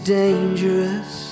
dangerous